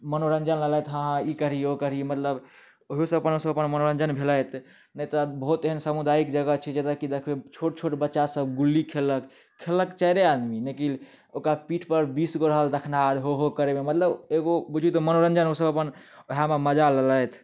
मनोरञ्जन लेलथि हॅं हॅं ई करी ओ करी मतलब ओहो सब अपन सब मनोरञ्जन भेलथि नहि तऽ बहुत एहन समुदायिक जगह छै जतऽ की देखबै छोट छोट बच्चा सब गुल्ली खेललक खेललक चारिये आदमी लेकिन ओकरा पीठपर बीस गो रहल देखनिहार हो हो करैमे मतलब एगो बुझू तऽ मनोरञ्जन ओ सब अपन ओएह मे मजा लेलथि